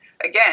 again